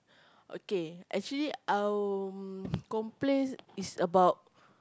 okay actually um complain is about